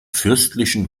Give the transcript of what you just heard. fürstlichen